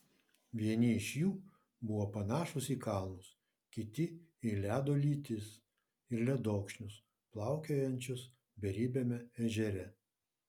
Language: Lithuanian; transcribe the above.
vieni iš jų buvo panašūs į kalnus kiti į ledo lytis ir ledokšnius plaukiojančius beribiame ežere